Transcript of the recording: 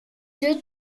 deux